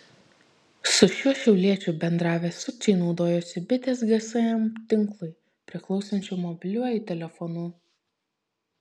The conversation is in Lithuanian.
su šiuo šiauliečiu bendravę sukčiai naudojosi bitės gsm tinklui priklausančiu mobiliuoju telefonu